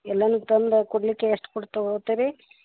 ಎಲ್ಲಾ ತಂದು ಕೊಡಲಿಕ್ಕೆ ಎಷ್ಟು ಕೊಟ್ಟು ತೊಗೊತ್ತೀರಿ